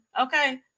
Okay